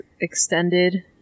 extended